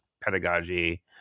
pedagogy